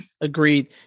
agreed